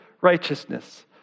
righteousness